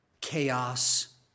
chaos